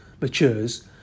matures